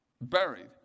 buried